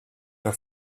for